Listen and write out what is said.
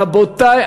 רבותי,